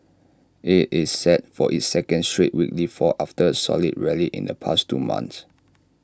IT is set for its second straight weekly fall after A solid rally in the past two months